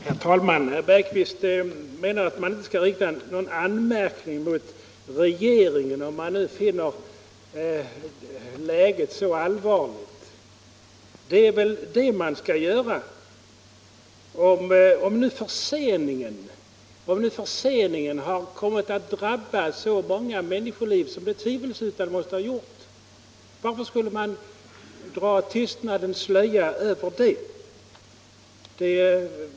Herr talman! Herr Bergqvist menar att man inte skall rikta någon anmärkning mot regeringen om man finner läget så allvarligt. Det är väl det man skall göra. Om nu förseningen av biståndet har kommit att kosta så många människoliv som den tvivelsutan har gjort, varför skulle man då dra tystnadens slöja över det?